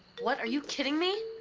what? are you kidding me?